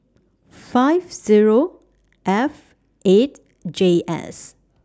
five Zero F eight J S